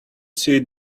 see